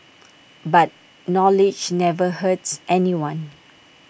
but knowledge never hurts anyone